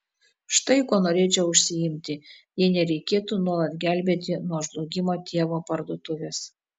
štai kuo norėčiau užsiimti jei nereikėtų nuolat gelbėti nuo žlugimo tėvo parduotuvės